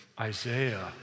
Isaiah